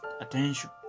attention